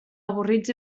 avorrits